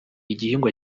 igihingwa